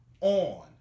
on